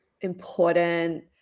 important